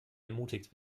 ermutigt